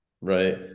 right